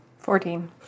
Fourteen